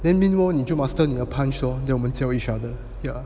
then meanwhile 你就 master 你的 punch lor then 我们教 each other yeah